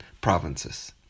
provinces